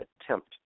attempt